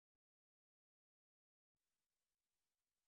הדיון הפומבי האחרון.